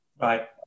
Right